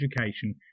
education